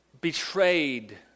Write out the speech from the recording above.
betrayed